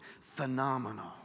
Phenomenal